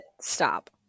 stop